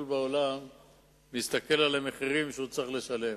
בעולם מסתכל על המחירים שהוא צריך לשלם.